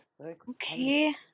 Okay